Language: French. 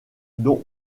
dont